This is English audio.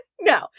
No